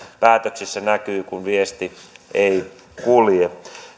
päätöksissä näkyy kun viesti ei kulje